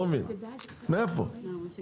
אני אביא שמות.